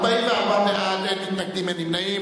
44 בעד, אין מתנגדים, אין נמנעים.